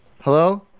Hello